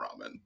Ramen